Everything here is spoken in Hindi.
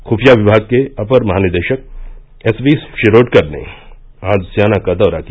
खुफिया विभाग के अपर महानिदेशक एस वी शिरोडकर ने आज स्याना का दौरा किया